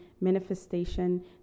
manifestation